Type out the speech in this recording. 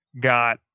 got